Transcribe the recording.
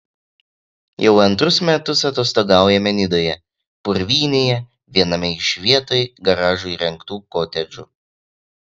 jau antrus metus atostogaujame nidoje purvynėje viename iš vietoj garažų įrengtų kotedžų